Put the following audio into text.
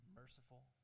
merciful